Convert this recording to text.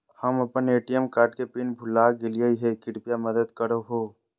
हम अप्पन ATM card के पिन भुला गेलिओ हे कृपया मदद कर हो